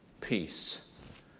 peace